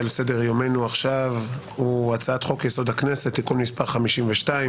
הנושא שעל סדר-יומנו עכשיו הוא הצעת חוק-יסוד: הכנסת (תיקון מס' 52)